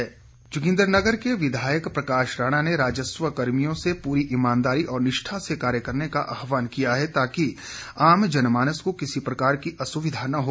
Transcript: प्रकाश राणा जोगिन्दर नगर के विधायक प्रकाश राणा ने राजस्व कर्मियों से पूरी ईमानदारी और निष्ठा से कार्य करने का आहवान किया है ताकि आम जनमानस को किसी प्रकार की असुविधा न हो